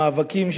המאבקים,